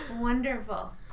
Wonderful